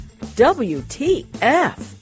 WTF